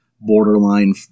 borderline